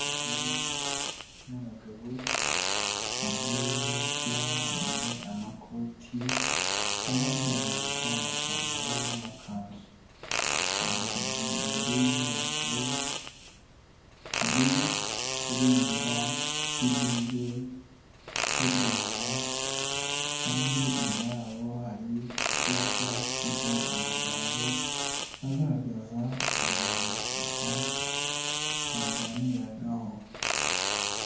Abagore n'abagabo bambaye neza, bamwe amakoti, abandi amajipo, amapantaro n'amakanzu, bahagaze imbere y'inyubako, hari ibendera ry'igihugu cy'u Rwanda kandi inyuma yabo hari icyapa kiriho amagambo agaragaza insanganyamatsiko baganiragaho.